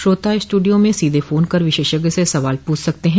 श्रोता स्टूडियो में सीधे फोन कर विशेषज्ञ से सवाल पूछ सकते हैं